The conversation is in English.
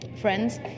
Friends